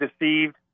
deceived